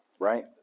right